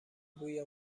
بوی